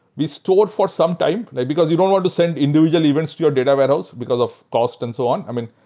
we store for some time, because you don't want to send individual events to your data warehouse because of cost and so on. i mean,